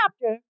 chapter